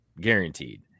Guaranteed